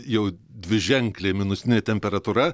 jau dviženklė minusinė temperatūra